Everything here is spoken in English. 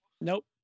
Nope